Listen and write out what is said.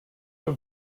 too